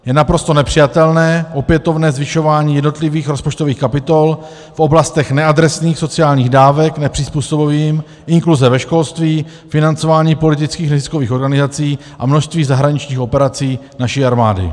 Je naprosto nepřijatelné opětovné zvyšování jednotlivých rozpočtových kapitol v oblastech neadresných sociálních dávek nepřizpůsobivým, inkluze ve školství, financování politických a neziskových organizací a množství zahraničních operací naší armády.